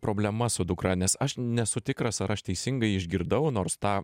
problema su dukra nes aš nesu tikras ar aš teisingai išgirdau nors tą